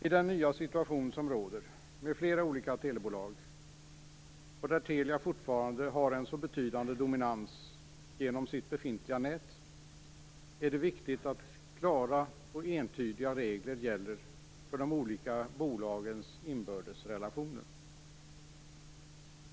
I den nya situation som råder, med flera olika telebolag, och där Telia fortfarande har en så betydande dominans genom sitt befintliga nät, är det viktigt att klara och entydiga regler gäller för de olika bolagens inbördes relationer.